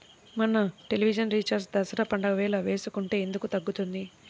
మన television recharge Dasara పండగ వేళ వేసుకుంటే ఎందుకు తగ్గుతుంది?